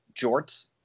jorts